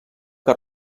que